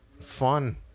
fun